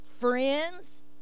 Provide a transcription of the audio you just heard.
friends